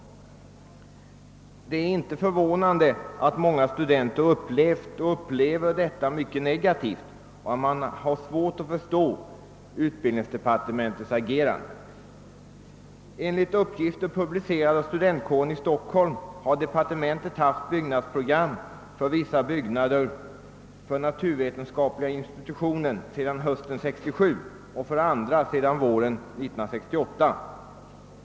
Det är inte förvånande att många studenter upplevt och upplever detta mycket negativt och att man har svårt att förstå utbildningsdepartementets agerande. Enligt uppgifter publicerade av studentkåren i Stockholm har departementet haft byggnadsprogram för vissa byggnader för naturvetenskapliga institutionen sedan hösten 1967 och för andra sedan våren 1968.